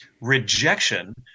rejection